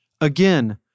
again